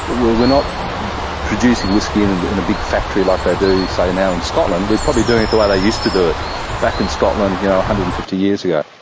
we're we're not producing whisky in and in a big factory like they do, say, now in scotland, we're probably doing it the way they used to do it back in scotland one yeah hundred and fifty years ago.